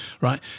right